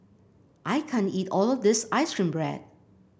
I can't eat all of this ice cream bread